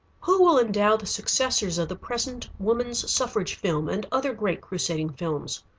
who will endow the successors of the present woman's suffrage film, and other great crusading films?